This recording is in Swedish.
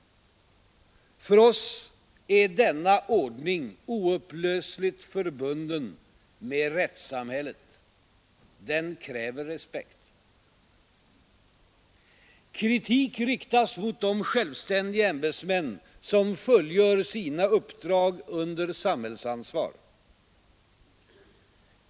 För oss är denna ordning oupplösligt förbunden med rättssamhället. Den kräver respekt. Kritik riktas mot de självständiga ämbetsmän som fullgör sina uppdrag under samhällsansvar.